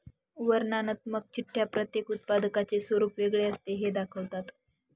वर्णनात्मक चिठ्ठ्या प्रत्येक उत्पादकाचे स्वरूप वेगळे असते हे दाखवतात